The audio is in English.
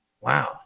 wow